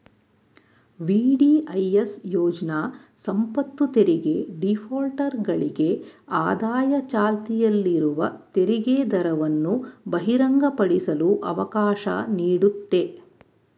VDIS ಯೋಜ್ನ ಸಂಪತ್ತುತೆರಿಗೆ ಡಿಫಾಲ್ಟರ್ಗಳಿಗೆ ಆದಾಯ ಚಾಲ್ತಿಯಲ್ಲಿರುವ ತೆರಿಗೆದರವನ್ನು ಬಹಿರಂಗಪಡಿಸಲು ಅವಕಾಶ ನೀಡುತ್ತೆ